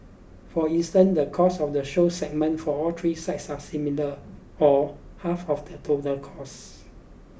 for instance the cost of the show segment for all three sites are similar or half of the total costs